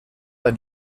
ein